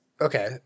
Okay